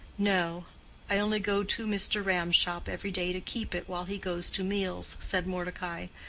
no i only go to mr. ram's shop every day to keep it while he goes to meals, said mordecai,